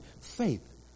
faith